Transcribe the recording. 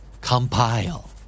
Compile